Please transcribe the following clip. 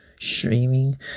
Streaming